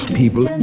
people